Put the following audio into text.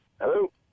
Hello